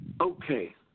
Okay